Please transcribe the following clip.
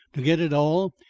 to get it all,